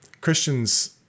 Christians